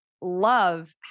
love